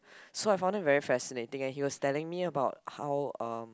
so I found it very fascinating and he was telling me about how uh